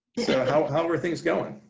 so, how how are things going?